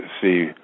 see